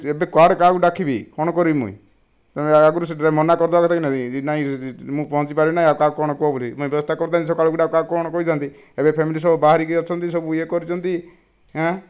ଏବେ କୁଆଡେ କାହାକୁ ଡାକିବି କ'ଣ କରିବି ମୁଇଁ ତୁମେ ଆଗରୁ ସେଥିପାଇଁ ମନା କରିଦେଇଥିବା କି ନାହିଁ ମୁଁ ପହଞ୍ଚି ପାରିବିନି ଆଉ କାହାକୁ କ'ଣ କୁହ ବୋଲି ମୁଇଁ ମୁଁ ବ୍ୟବସ୍ଥା କରିଥାନ୍ତି ସକାଳୁ ଗୋଟିଏ କାହାକୁ କ'ଣ କହିଥାନ୍ତି ଏବେ ଫ୍ୟାମିଲି ସହ ସବୁ ବାହରିକି ଅଛନ୍ତି ସବୁ ୟେ କରିଛନ୍ତି ହାଁ